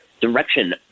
direction